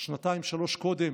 שנתיים-שלוש קודם